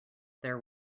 there